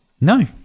No